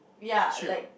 ya like